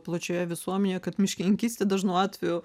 plačioje visuomenėje kad miškininkystė dažnu atveju